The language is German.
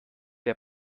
der